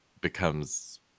becomes